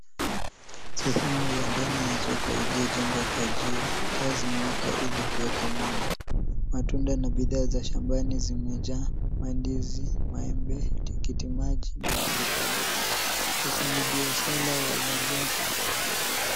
Sehemu ya ndani ya soko iliyojengwa kwa jiwe. Taa zimewaka ili kutoa mwanga. Matunda na bishaa za shambani zimejaa, ,andizi, maembe, tikitimaji na avokado. Wafanyabiashara wamejaa.